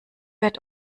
wird